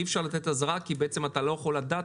אי אפשר לתת אזהרה כי בעצם אתה לא יכול לדעת